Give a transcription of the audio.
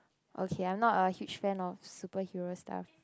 okay I'm not a huge fan of superhero stuff